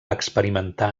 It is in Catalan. experimentar